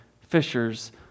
fishers